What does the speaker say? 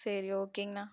சரி ஓகேங்கண்ணா